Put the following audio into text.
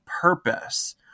purpose